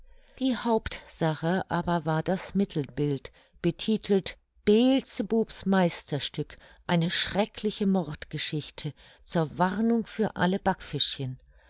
die hauptsache aber war das mittelbild betitelt beelzebubs meisterstück eine schreckliche mordgeschichte zur warnung für alle backfischchen